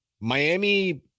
Miami